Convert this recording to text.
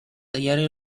diario